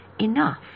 enough